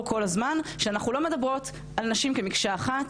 כל הזמן שאנחנו לא מדברות על נשים כמקשה אחת.